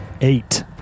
Eight